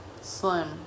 slim